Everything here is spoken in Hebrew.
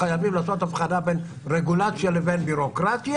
חייבים לעשות הבחנה בין רגולציה לבין ביורוקרטיה,